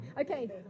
Okay